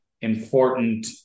important